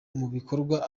mubikorwa